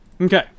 okay